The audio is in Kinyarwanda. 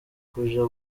kuja